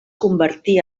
convertí